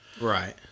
Right